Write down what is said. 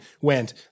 went